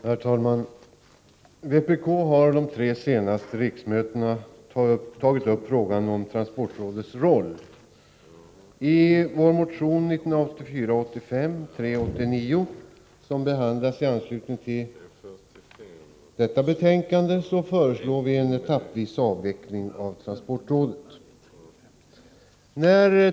Herr talman! Vpk har de tre senaste riksmötena tagit upp frågan om transportrådets roll. I vår motion 1984/85:389, som behandlas i anslutning till detta betänkande, föreslår vi en etappvis avveckling av transportrådet.